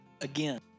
Again